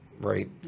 right